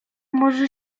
może